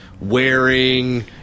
wearing